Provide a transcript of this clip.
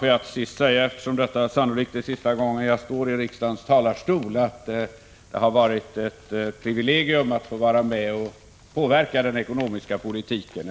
Får jag till sist, eftersom detta sannolikt är sista gången jag står i riksdagens talarstol, säga att det har varit ett privilegium att ha fått vara med och påverka den ekonomiska politiken.